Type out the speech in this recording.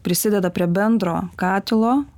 prisideda prie bendro katilo